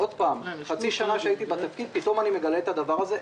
לאחר חצי שנה שהייתי בתפקיד פתאום גיליתי את הדבר הזה,